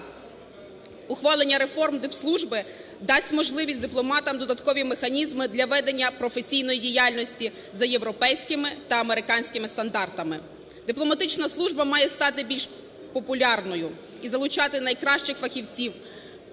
Ухвалення реформ дипслужби дасть можливість дипломатам додаткові механізми для ведення професійної діяльності за європейськими та американськими стандартами. Дипломатична служба має стати більш популярною і залучати найкращих фахівців